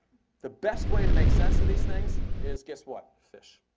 the best way to make sense of these things is, guess what, fish.